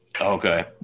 Okay